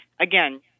again